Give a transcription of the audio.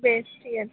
বেশ ঠিক আছে